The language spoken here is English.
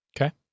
Okay